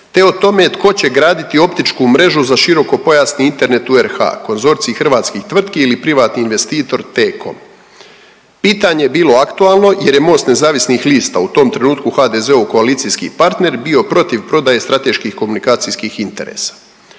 te o tome tko će graditi optičku mrežu za širokopojasni internet u RH, konzorcij hrvatskih tvrtki ili privatni investitor T-com. Pitanje je bilo aktualno jer je Most nezavisnih lista u tom trenutku HDZ-ov koalicijski partner bio protiv prodaje strateških komunikacijskih interesa.